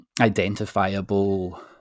identifiable